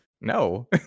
No